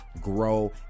grow